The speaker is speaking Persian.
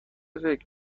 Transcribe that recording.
فکر